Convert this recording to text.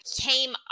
came